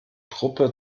truppe